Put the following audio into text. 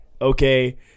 Okay